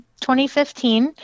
2015